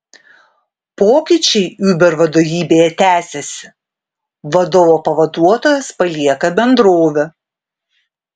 pokyčiai uber vadovybėje tęsiasi vadovo pavaduotojas palieka bendrovę